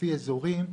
לפי איזורים,